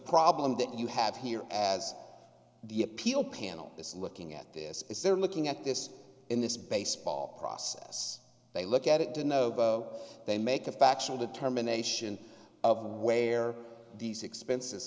problem that you have here as the appeal panel is looking at this is they're looking at this in this baseball process they look at it to know though they make a factual determination of where these expenses